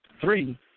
three